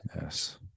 Yes